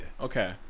Okay